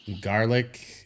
Garlic